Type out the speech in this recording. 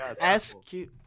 S-Q-